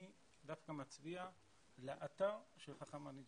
אני דווקא מצביע לאתר של חכם אניג'ר,